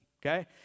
okay